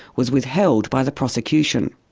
was withheld by the prosecution.